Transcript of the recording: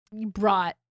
brought